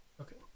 Okay